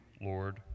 Lord